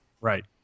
Right